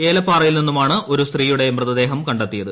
ഏലപ്പാറയിൽ നിന്നുമാണ് ഒരു സ്ത്രീയുടെ മൃതദേഹം കണ്ടെത്തിയത്